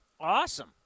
Awesome